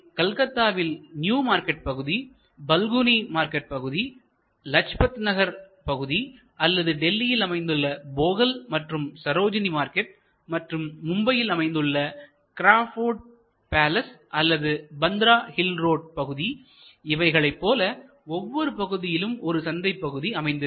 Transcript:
இவை கல்கத்தாவில் new market பகுதிபலுகுனி மார்க்கெட் பகுதி லாஜ்பத் நகர் பகுதி அல்லது டெல்லியில் அமைந்துள்ள போகல் மற்றும் சரோஜினி மார்க்கெட் மற்றும் மும்பையில் அமைந்துள்ள கிராவ்போர்ட் பேலஸ் அல்லது பாந்த்ரா ஹில் ரோடு பகுதி இவைகளை போல ஒவ்வொரு பகுதியிலும் ஒரு சந்தைப் பகுதி அமைந்திருக்கும்